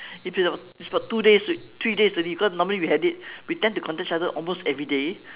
if it's about it's about two days three days already because normally we had it we tend to contact each other almost everyday